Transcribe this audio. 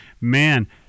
man